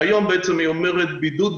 שהיום בעצם היא אומרת: בידוד,